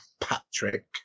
patrick